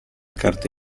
carta